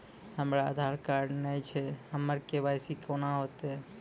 हमरा आधार कार्ड नई छै हमर के.वाई.सी कोना हैत?